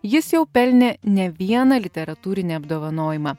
jis jau pelnė ne vieną literatūrinį apdovanojimą